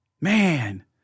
man